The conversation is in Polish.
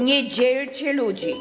Nie dzielcie ludzi.